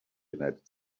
united